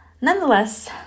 nonetheless